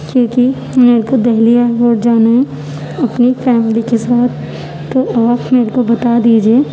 کیونکہ میرے کو دہلی ایئر پورٹ جانا ہے اپنی فیملی کے ساتھ تو آپ میرے کو بتا دیجیے